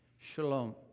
Shalom